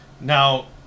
Now